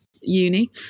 uni